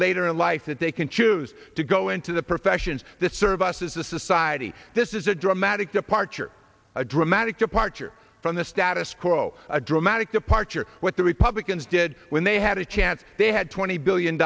later in life that they can choose to go into the professions the services the society this is a dramatic departure dramatic departure from the status quo a dramatic departure what the republicans did when they had a chance they had twenty billion